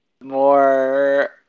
more